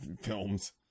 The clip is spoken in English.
films